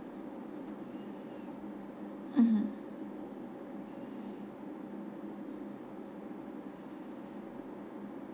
hmm